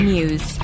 News